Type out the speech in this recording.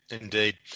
indeed